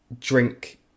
drink